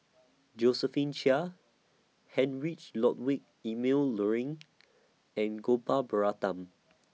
Josephine Chia Heinrich Ludwig Emil Luering and Gopal Baratham